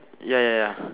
ya ya ya